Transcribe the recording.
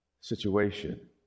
situation